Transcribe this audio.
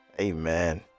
amen